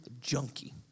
junkie